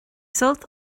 sult